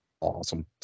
awesome